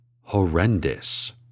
horrendous